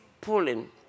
pulling